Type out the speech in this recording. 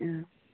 অঁ